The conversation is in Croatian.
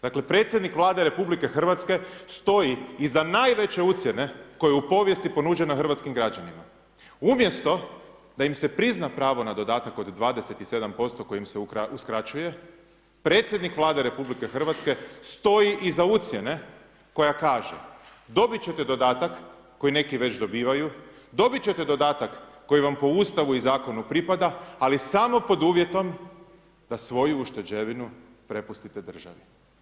Dakle predsjednik Vlade RH stoji iza najveće ucjene koja je u povijesti ponuđena hrvatskim građanima, umjesto da im se prizna pravo na dodatak od 27% koji im se uskraćuje, predsjednik Vlade RH stoji iza ucjene koja kaže, dobit ćete dodatak koji neki već dobivaju, dobit ćete dodatak koji vam po Ustavu i zakonu pripada, ali samo pod uvjetom da svoju ušteđevinu prepustite državi.